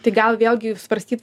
tai gal vėlgi svarstyt